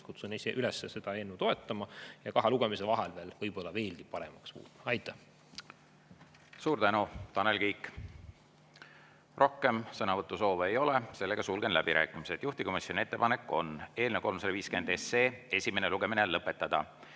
Kutsun üles seda eelnõu toetama ja kahe lugemise vahel võib-olla veelgi paremaks tegema. Aitäh! Suur tänu, Tanel Kiik! Rohkem sõnavõtusoove ei ole. Sulgen läbirääkimised. Juhtivkomisjoni ettepanek on eelnõu 351 esimene lugemine lõpetada.